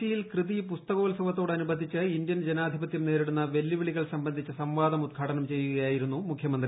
കൊച്ചിയിൽ കൃതി പുസ്തകോത്സവത്തോടനുബസ്സിച്ച് ഇന്ത്യൻ ജനാധിപത്യം നേരിടുന്ന വെല്ലുവിളികൾ സംബ്ലിസ്മിച്ച സംവാദം ഉദ്ഘാടനം ചെയ്യുകയായിരുന്നു മുഖ്യമിന്റി